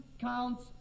counts